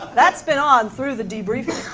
that's been on through the de-briefing